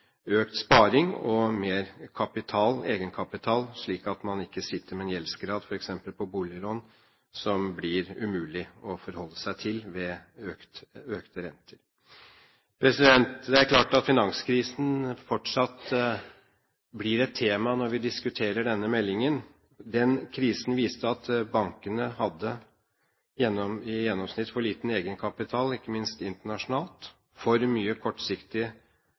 økt sparing og mer egenkapital, slik at man ikke sitter med en gjeldsgrad, f.eks. på boliglån, som blir umulig å forholde seg til ved økte renter. Det er klart at finanskrisen fortsatt blir et tema når vi diskuterer denne meldingen. Den krisen viste at bankene i gjennomsnitt hadde for liten egenkapital, ikke minst internasjonalt, for mye kortsiktig